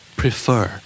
prefer